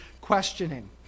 questioning